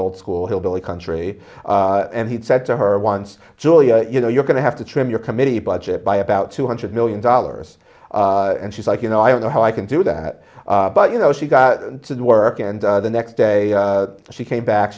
old school hillbilly country and he'd said to her once julia you know you're going to have to trim your committee budget by about two hundred million dollars and she's like you know i don't know how i can do that but you know she got to work and the next day she came back